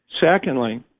secondly